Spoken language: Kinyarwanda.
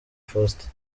faustin